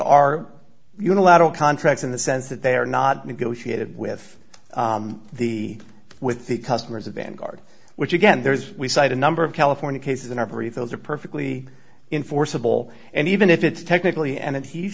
are unilateral contracts in the sense that they are not negotiated with the with the customers of vanguard which again there's we cite a number of california cases and every those are perfectly in forcible and even if it's technically and he's